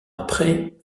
après